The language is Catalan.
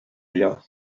allò